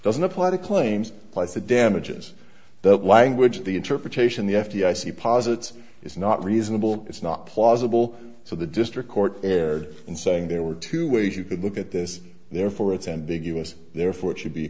doesn't apply to claims plus the damages that language the interpretation the f d i c posits is not reasonable it's not plausible so the district court erred in saying there were two ways you could look at this therefore it's ambiguous therefore it should be